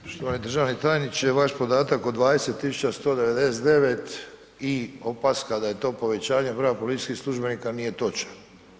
Poštovani državni tajniče, vaš podatak o 20 199 i opaska da je to povećanje broja policijskih službenika nije točna.